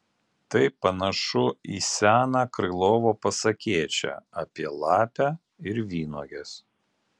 tai panašu į seną krylovo pasakėčią apie lapę ir vynuoges